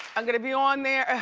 i'm gonna be on there,